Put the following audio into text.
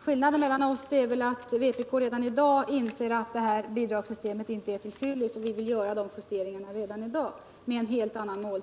Skillnaden mellan oss är tydligen att vpk inser att det här bidragssystemet inte är till fyllest och därför vill göra dessa justeringar redan I dag,